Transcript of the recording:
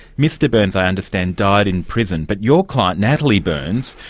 mr byrnes i understand died in prison, but your client, natalie byrnes,